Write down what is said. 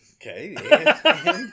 Okay